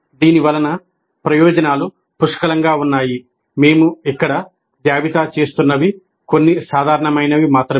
దీనివలనప్రయోజనాలు పుష్కలంగా ఉన్నాయి మేము ఇక్కడ జాబితా చేస్తున్న కొన్ని సాధారణమైనవి మాత్రమే